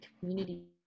community